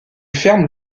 ferme